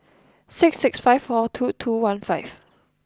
six six five four two two one five